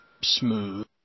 smooth